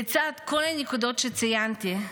לצד כל הנקודות שציינתי,